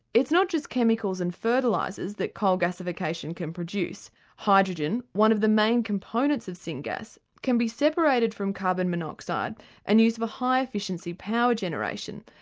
it's not just chemicals and fertilisers that coal gasification can produce hydrogen, one of the main components of syn gas, can be separated from carbon monoxide and used for high efficiency power generation,